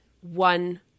one